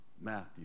Matthew